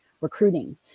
recruiting